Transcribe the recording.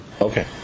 Okay